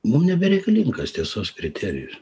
mum nebereikalingas tiesos kriterijus